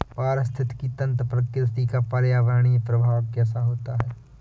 पारिस्थितिकी तंत्र पर कृषि का पर्यावरणीय प्रभाव कैसा होता है?